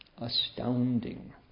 Astounding